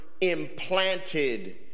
implanted